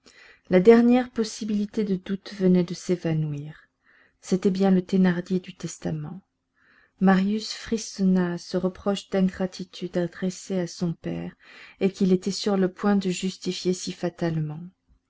la dernière possibilité de doute venait de s'évanouir c'était bien le thénardier du testament marius frissonna à ce reproche d'ingratitude adressé à son père et qu'il était sur le point de justifier si fatalement